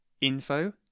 info